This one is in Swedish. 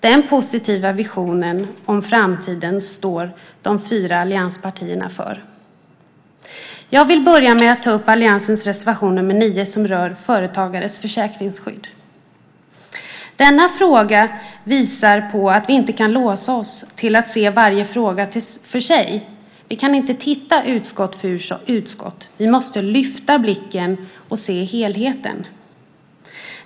Den positiva visionen om framtiden står de fyra allianspartierna för. Jag vill börja med att ta upp alliansens reservation nr 9, som rör företagares försäkringsskydd. Denna fråga visar att vi inte kan låsa oss till att se varje fråga för sig. Vi kan inte titta utskott för utskott. Vi måste lyfta blicken och se helheten.